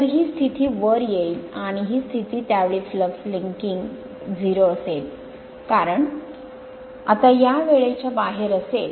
तर ही स्थिती वर येईल आणि ही स्थिती त्या वेळी फ्लक्स लिंकिंग 0 असेल कारण आता या वेळेच्या बाहेर असेल